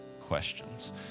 questions